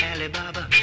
Alibaba